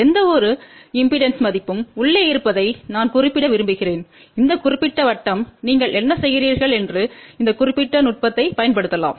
எந்தவொரு இம்பெடன்ஸ் மதிப்பும் உள்ளே இருப்பதை நான் குறிப்பிட விரும்புகிறேன் இந்த குறிப்பிட்ட வட்டம் நீங்கள் என்ன செய்கிறீர்கள் என்று இந்த குறிப்பிட்ட நுட்பத்தைப் பயன்படுத்தலாம்